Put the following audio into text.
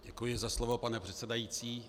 Děkuji za slovo, pane předsedající.